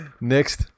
Next